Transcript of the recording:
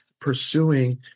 pursuing